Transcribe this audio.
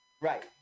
Right